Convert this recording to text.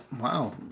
Wow